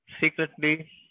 secretly